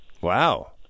wow